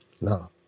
No